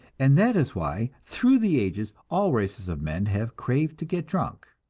and that is why through the ages all races of men have craved to get drunk.